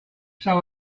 some